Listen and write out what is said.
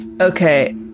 Okay